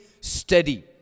steady